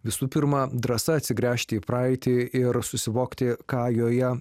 visų pirma drąsa atsigręžti į praeitį ir susivokti ką joje